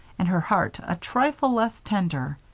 and her heart a trifle less tender.